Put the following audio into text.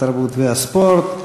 התרבות והספורט.